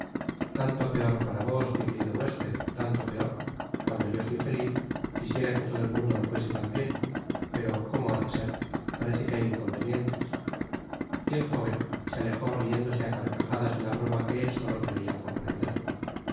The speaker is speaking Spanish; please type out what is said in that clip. tanto peor para vos mi querido huésped tanto peor cuando yo soy feliz quisiera que todo el mundo lo fuese tambien pero icomo ha de ser parece que hay inconvenientes y el jóven se alejó riéndose á carcajadas de la broma que él solo creia comprender